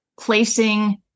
placing